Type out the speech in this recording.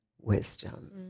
wisdom